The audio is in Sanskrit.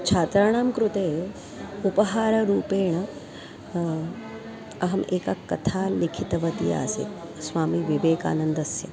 छात्राणां कृते उपहाररूपेण अहम् एका कथा लिखितवती आसीत् स्वामि विवेकानन्दस्य